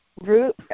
root